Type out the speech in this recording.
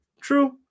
True